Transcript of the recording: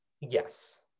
Yes